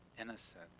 innocent